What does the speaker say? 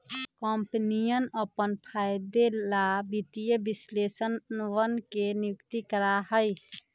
कम्पनियन अपन फायदे ला वित्तीय विश्लेषकवन के नियुक्ति करा हई